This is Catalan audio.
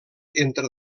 entre